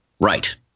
right